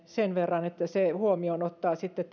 sen verran että se ottaa huomioon sitten